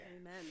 Amen